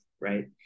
right